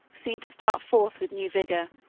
seemed to start forth with new vigor,